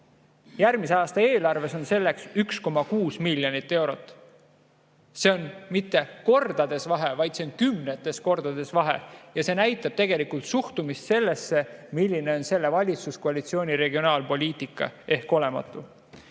Järgmise aasta eelarves on selleks 1,6 miljonit eurot. See on mitte kordades vahe, vaid see on kümnetes kordades vahe ja see näitab suhtumist sellesse, milline on selle valitsuskoalitsiooni regionaalpoliitika: see on olematu.